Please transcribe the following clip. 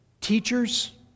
Teachers